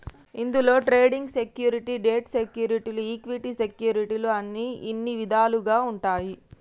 ఇందులో trading security, debt సెక్యూరిటీలు equity సెక్యూరిటీలు అని ఇన్ని ఇదాలుగా ఉంటాయి